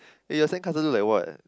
eh your sandcastle look like what